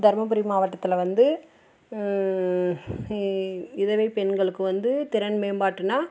தர்மபுரி மாவட்டத்தில் வந்து விதவை பெண்களுக்கு வந்து திறன் மேம்பாட்டுன்னா